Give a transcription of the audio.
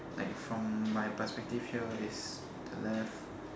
like from my perspective here it's the left